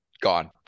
gone